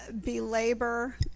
belabor